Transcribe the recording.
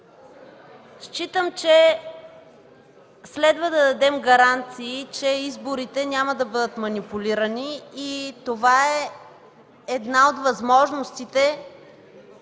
комисията. Следва да дадем гаранции, че изборите няма да бъдат манипулирани. Това е една от възможностите